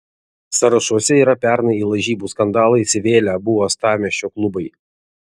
sąrašuose yra pernai į lažybų skandalą įsivėlę abu uostamiesčio klubai